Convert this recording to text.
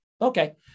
okay